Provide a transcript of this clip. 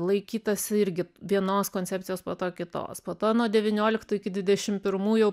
laikytasi irgi vienos koncepcijos po to kitos po to nuo devynioliktų iki dvidešim pirmų jau